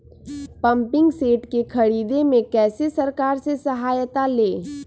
Pumping set के ख़रीदे मे कैसे सरकार से सहायता ले?